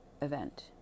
event